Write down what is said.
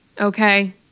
okay